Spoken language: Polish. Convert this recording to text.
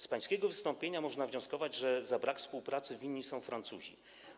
Z pańskiego wystąpienia można wnioskować, że brakowi współpracy winni są Francuzi.